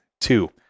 two